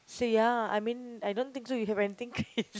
so ya I mean I don't think so you have anything